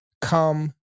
come